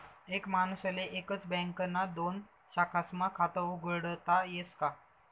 एक माणूसले एकच बँकना दोन शाखास्मा खातं उघाडता यस का?